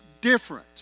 different